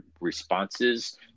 responses